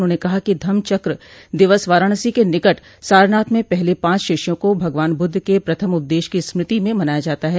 उन्होंने कहा कि धम्म चक्र दिवस वाराणसी के निकट सारनाथ में पहले पांच शिष्यों को भगवान बुद्ध के प्रथम उपदेश की स्मृति में मनाया जाता है